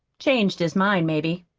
changed his mind, maybe.